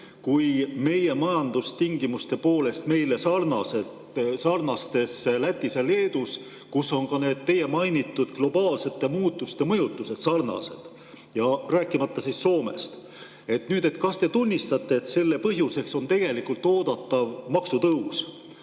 kui majandustingimuste poolest meiega sarnastes Lätis ja Leedus, kus on ka need teie mainitud globaalsete muutuste mõjutused sarnased, rääkimata Soomest. Kas te tunnistate, et selle põhjuseks on oodatav maksutõus,